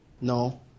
No